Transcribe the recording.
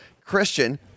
Christian